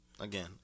Again